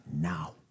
Now